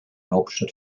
hauptstadt